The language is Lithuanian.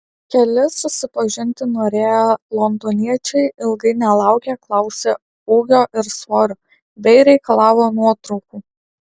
keli susipažinti norėję londoniečiai ilgai nelaukę klausė ūgio ir svorio bei reikalavo nuotraukų